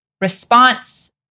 response